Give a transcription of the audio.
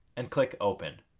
and click open.